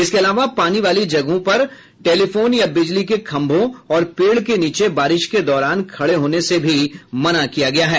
इसके अलावा पानी वाली जगहों पर टेलिफोन या बिजली के खंभों और पेड़ के नीचे बारिश के दौरान खड़े होने से भी मना किया गया है